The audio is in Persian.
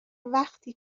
وقتی